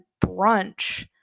brunch